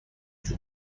نشد